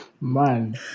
Man